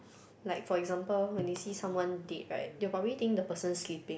like for example when they see someone dead right they probably think the person sleeping